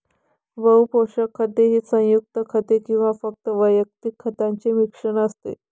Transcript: बहु पोषक खते ही संयुग खते किंवा फक्त वैयक्तिक खतांचे मिश्रण असते